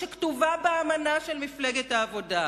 שכתובה באמנה של מפלגת העבודה.